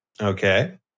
Okay